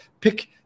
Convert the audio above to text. pick